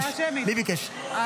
הצבעה שמית, האופוזיציה.